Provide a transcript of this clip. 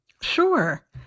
Sure